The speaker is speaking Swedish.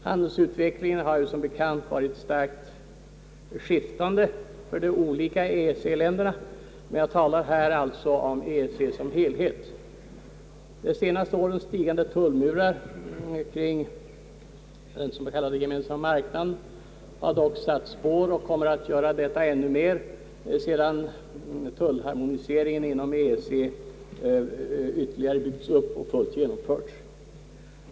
Handelsutvecklingen har som bekant varit starkt skiftande för de olika EEC-länderna, men jag talar här alltså om EEC som helhet. De senaste årens stigande tullmurar kring den s.k. gemensamma marknaden har dock satt spår och kommer att göra detta ännu mer sedan tullharmoniseringen inom EEC ytterligare byggts upp och fullt genomförts.